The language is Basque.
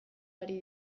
ari